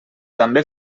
també